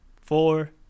Four